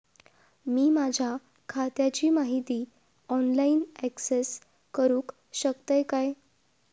मी माझ्या खात्याची माहिती ऑनलाईन अक्सेस करूक शकतय काय?